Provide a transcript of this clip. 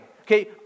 Okay